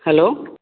hello